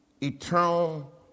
eternal